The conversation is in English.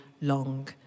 long